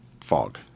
Fog